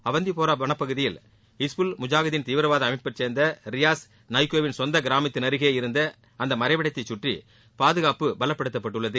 அவந்திபுரா வனப்பகுதியில் ஹிஸ்புல் முஜாஹிதீன் தீவிரவாத அமைப்பைச் சேர்ந்த ரியாஸ் நைக்கோ வின் கிராமத்தின் அருகே இருந்த அந்த மறைவிடத்தை கற்றி பாதுகாப்பு பலப்படுத்தப்பட்டுள்ளது